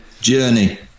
Journey